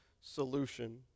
solution